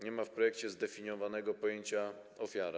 Nie ma w projekcie zdefiniowanego pojęcia „ofiara”